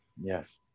Yes